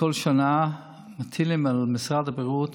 כל שנה מטילים על משרד הבריאות